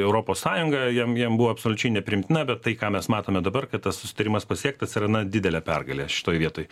europos sąjunga jiem jiem buvo absoliučiai nepriimtina bet tai ką mes matome dabar kad tas susitarimas pasiektas yra na didelė pergalė šitoj vietoj